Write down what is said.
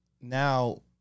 now